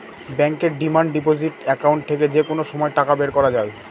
ব্যাঙ্কের demand deposit account থেকে যে কোনো সময় টাকা বের করা যায়